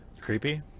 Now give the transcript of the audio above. Creepy